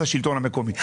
זה השלטון המקומי.